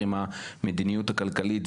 עם כל הבעיות של מדינת ישראל,